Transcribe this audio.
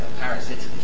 parasitic